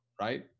Right